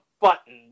button